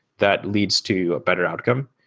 that leads to a better outcome.